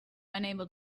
unable